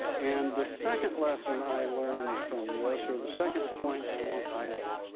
and the second lesson i learned from this, or the second point i want to make,